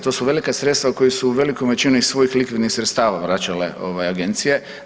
To su velika sredstva koja su u velikoj većini iz svojih likvidnih sredstava vraćale agencije.